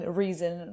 reason